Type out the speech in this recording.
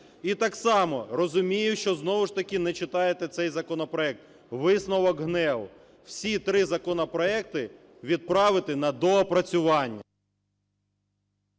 І так само розумію, що знову ж таки не читаєте цей законопроект. Висновок ГНЕУ – всі три законопроекти відправити на доопрацювання.